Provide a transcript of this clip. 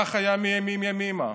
כך היה מימים ימימה.